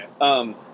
Okay